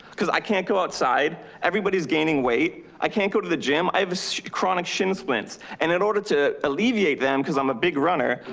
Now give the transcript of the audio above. cause i can't go outside. everybody's gaining weight. i can't go to the gym. i have chronic shin splints. and in order to alleviate them, cause i'm a big runner.